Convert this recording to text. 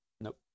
Nope